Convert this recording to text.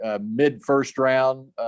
mid-first-round